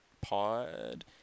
Pod